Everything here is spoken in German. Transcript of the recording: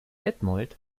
detmold